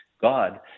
God